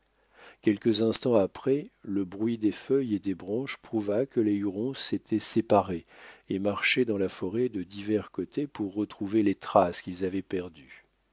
quelques instants après le bruit des feuilles et des branches prouva que les hurons s'étaient séparés et marchaient dans la forêt de divers côtés pour retrouver les traces qu'ils avaient perdues